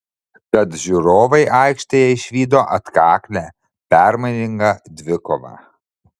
tad žiūrovai aikštėje išvydo atkaklią permainingą dvikovą